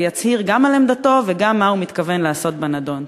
ויצהיר גם על עמדתו וגם מה הוא מתכוון לעשות בנדון.